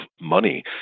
money